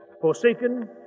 forsaken